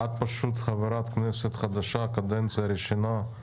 את פשוט חברת כנסת חדשה, וזו קדנציה ראשונה.